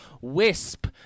Wisp